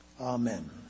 amen